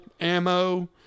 ammo